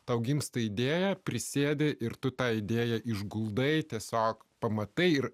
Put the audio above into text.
tau gimsta idėja prisėdi ir tu tą idėją išguldai tiesiog pamatai ir